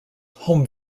home